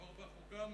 אורבך הוא גם ממלכתי.